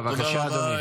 בבקשה, אדוני.